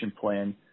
plan